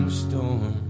storm